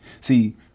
See